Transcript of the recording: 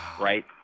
right